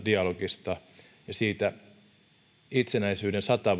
dialogi ja se itsenäisyyden sata